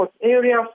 Area